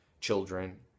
children